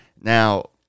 Now